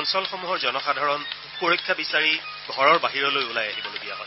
অঞ্চলসমূহৰ জনসাধাৰণ সুৰক্ষা বিচাৰি ঘৰৰ বাহিৰলৈ ওলাই আহিবলগীয়া হয়